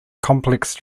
complex